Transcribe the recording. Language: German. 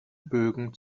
bögen